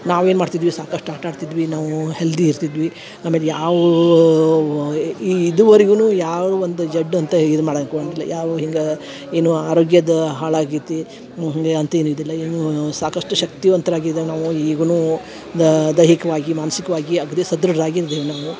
ನಾವೇನು ಮಾಡ್ತಿದ್ವಿ ಸಾಕಷ್ಟು ಆಟ ಆಡ್ತಿದ್ವಿ ನಾವು ಹೆಲ್ದಿ ಇರ್ತಿದ್ವಿ ಆಮೇಲೆ ಯಾವ ಇದುವರೆಗೂನು ಯಾವ ಒಂದು ಜಡ್ದ್ ಅಂತ ಇದು ಮಾಡಾಕೆ ಯಾವ ಹಿಂಗೆ ಏನು ಆರೋಗ್ಯದ ಹಾಳು ಆಗೈತಿ ಹಂಗೇ ಅಂತ ಏನು ಇದಿಲ್ಲ ಏನೂ ಸಾಕಷ್ಟು ಶಕ್ತಿವಂತ್ರು ಆಗಿದೆವು ನಾವು ಈಗುನೂ ದಾ ದೈಹಿಕವಾಗಿ ಮಾನ್ಸಿಕವಾಗಿ ಅಗ್ರಿ ಸದೃಢರಾಗಿ ಇದ್ದೇವೆ ನಾವು